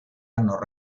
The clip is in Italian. hanno